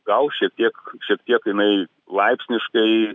gal šiek tiek šiek tiek jinai laipsniškai